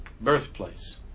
birthplace